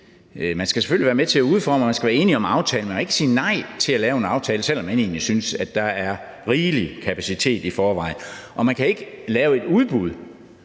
Man skal selvfølgelig være med til at udforme det, og man skal være enige om aftalen, men man kan ikke sige nej til at lave en aftale, selv om man egentlig synes, der er rigelig kapacitet i forvejen. Man kan ikke lave et udbud,